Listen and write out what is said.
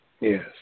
Yes